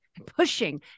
Pushing